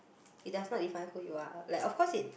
it does not define who you are like of course it